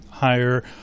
higher